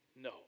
No